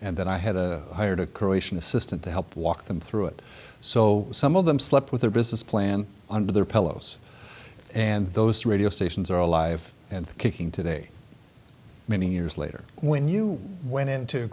and then i had a hired a korean assistant to help walk them through it so some of them slept with their business plan under their pillows and those radio stations are alive and kicking today many years later when you went into